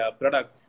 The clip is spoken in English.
product